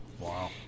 Wow